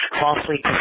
falsely